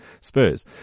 Spurs